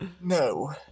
No